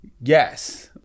yes